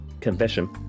confession